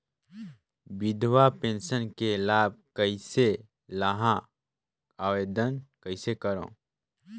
विधवा पेंशन के लाभ कइसे लहां? आवेदन कइसे करव?